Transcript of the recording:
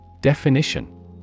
Definition